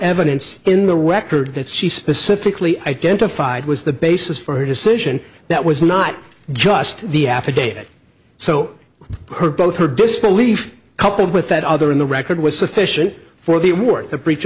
evidence in the record that she specifically identified was the basis for her decision that was not just the affidavit so her both her disbelief coupled with that other in the record was sufficient for they were a breach